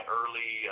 early